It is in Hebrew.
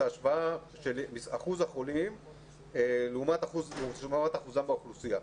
את ההשוואה של אחוז החולים לעומת אחוזם באוכלוסייה.